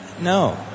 No